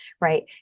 right